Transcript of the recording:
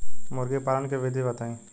मुर्गीपालन के विधी बताई?